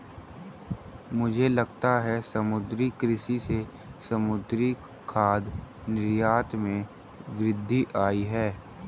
मुझे लगता है समुद्री कृषि से समुद्री खाद्य निर्यात में वृद्धि आयी है